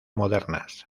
modernas